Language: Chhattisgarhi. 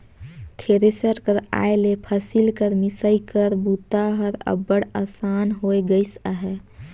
थेरेसर कर आए ले फसिल कर मिसई कर बूता हर अब्बड़ असान होए गइस अहे